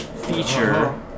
feature